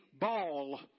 ball